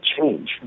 change